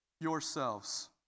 yourselves